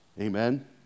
amen